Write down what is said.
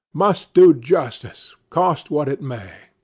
must do justice, cost what it may.